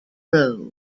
road